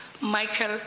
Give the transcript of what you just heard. Michael